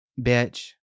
bitch